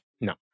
No